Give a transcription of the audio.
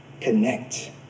connect